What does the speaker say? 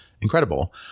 incredible